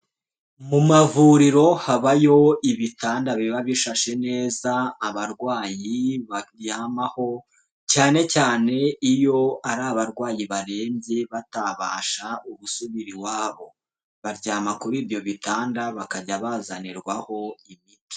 Mu mavuriro habayo ibitanda biba bishashe neza abarwayi baryamaho cyane cyane iyo ari abarwayi barembye batabasha gusubira iwabo, baryama kuri ibyo bitanda bakajya bazanirwaho imiti.